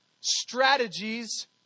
strategies